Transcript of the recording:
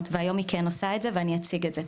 והיום היא כן עושה את זה ואני אציג את זה.